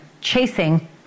chasing